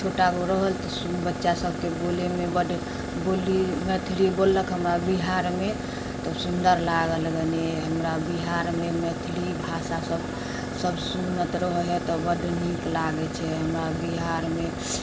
छोटा गो रहल तऽ बच्चासभके बोलैमे बड्ड बोली मैथिली बोललक हमरा बिहारमे तब सुन्दर लागल कनि हमरा बिहारमे मैथिली भाषा सभ सभ सुनैत रहै हइ तऽ बड्ड नीक लागै छै हमरा बिहारमे